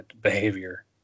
behavior